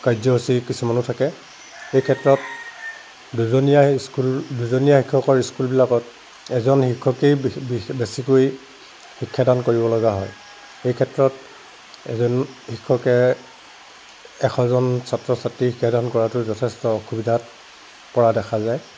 কাৰ্যসূচী কিছুমানো থাকে সেইক্ষেত্ৰত দুজনীয়া স্কুল দুজনীয়া শিক্ষকৰ স্কুলবিলাকত এজন শিক্ষকেই বেছিকৈ শিক্ষাদান কৰিব লগা হয় এইক্ষেত্ৰত এজন শিক্ষকে এশজন ছাত্ৰ ছাত্ৰীক শিক্ষাদান কৰাতো যথেষ্ট অসুবিধাত পৰা দেখা যায়